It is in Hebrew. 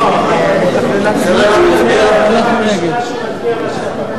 כהצעת הוועדה, נתקבל.